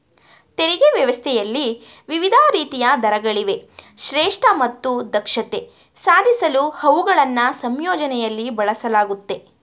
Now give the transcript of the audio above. ತೆರಿಗೆ ವ್ಯವಸ್ಥೆಯಲ್ಲಿ ವಿವಿಧ ರೀತಿಯ ದರಗಳಿವೆ ಶ್ರೇಷ್ಠ ಮತ್ತು ದಕ್ಷತೆ ಸಾಧಿಸಲು ಅವುಗಳನ್ನ ಸಂಯೋಜನೆಯಲ್ಲಿ ಬಳಸಲಾಗುತ್ತೆ